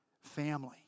family